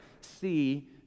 see